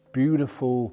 beautiful